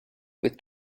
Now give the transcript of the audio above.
with